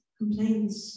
complaints